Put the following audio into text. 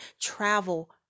travel